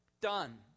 done